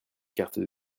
cartes